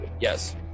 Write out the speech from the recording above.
Yes